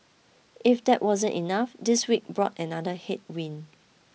if that wasn't enough this week brought another headwind